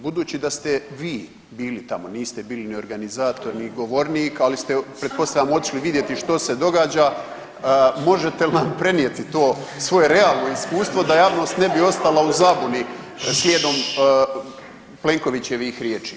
Budući da ste vi bili tamo niste bili ni organizator ni govornik, ali pretpostavljam otišli vidjeti što se događa, možete li nam prenijeti to svoje realno iskustvo da javnost ne bi ostala u zabuni sijedom Plenkovićevih riječi.